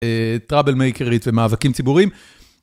טראבל מייקרית ומאבקים ציבוריים.